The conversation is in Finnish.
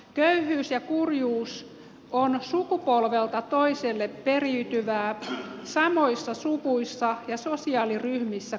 köyhyys ja kurjuus on sukupolvelta toiselle periytyvää samoissa suvuissa ja sosiaaliryhmissä kulkevaa